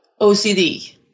OCD